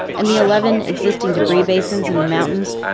and the eleven existing debris basins in the mountains,